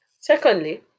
Secondly